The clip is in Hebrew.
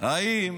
האם